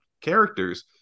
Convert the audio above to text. characters